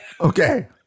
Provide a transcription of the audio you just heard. Okay